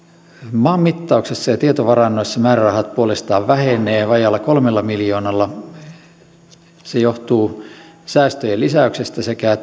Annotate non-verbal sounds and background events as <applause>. maanmittauksessa ja tietovarannoissa määrärahat puolestaan vähenevät vajaalla kolmella miljoonalla se johtuu säästöjen lisäyksestä sekä <unintelligible>